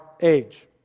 age